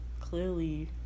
clearly